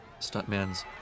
stuntman's